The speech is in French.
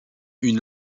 une